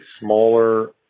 smaller